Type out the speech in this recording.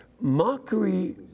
mockery